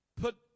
put